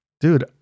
Dude